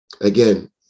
Again